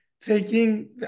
taking